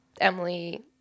Emily